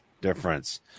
difference